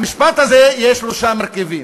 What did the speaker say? במשפט הזה יש שלושה מרכיבים.